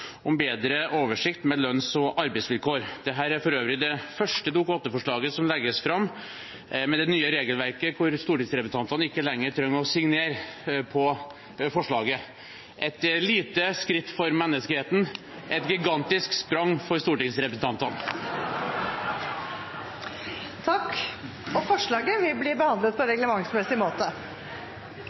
om bedre oversikt med lønns- og arbeidsvilkår. Dette er for øvrig det første Dokument 8-forslaget som legges fram med det nye regelverket, hvor stortingsrepresentantene ikke lenger trenger å signere på forslaget. Det er et lite skritt for menneskeheten, men et gigantisk sprang for stortingsrepresentantene. Forslaget vil bli behandlet på reglementsmessig måte.